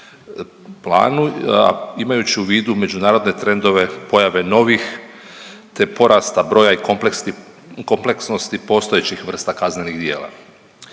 planu, imajući u vidu međunarodne trendove pojave novih te porasta broja i kompleksnosti postojećih vrsta kaznenih djela.